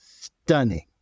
stunning